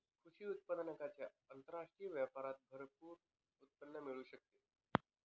कृषी उत्पादकांच्या आंतरराष्ट्रीय व्यापारात भरपूर उत्पन्न मिळू शकते